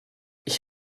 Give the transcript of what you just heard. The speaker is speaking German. ich